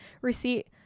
receipt